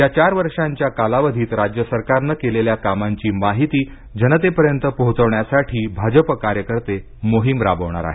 या चार वर्षांच्या कालावधीत राज्य सरकारनं केलेल्या कामांची माहिती जनतेपर्यंत पोहोचवण्यासाठी भाजप कार्यकर्ते मोहीम राबवणार आहेत